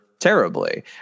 terribly